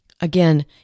Again